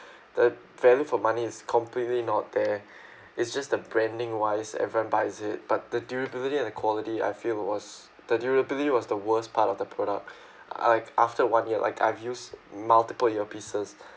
the value for money is completely not there it's just the branding wise everyone buys it but the durability and the quality I feel was the durability was the worst part of the product uh like after one year like I've use multiple earpieces